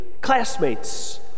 Classmates